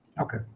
Okay